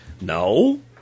No